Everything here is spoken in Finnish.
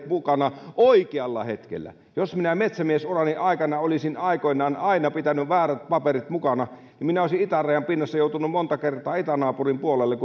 mukana oikealla hetkellä jos minä metsämiesurani aikana olisin aikoinaan aina pitänyt väärät paperit mukana minä olisin itärajan pinnassa joutunut monta kertaa itänaapurin puolelle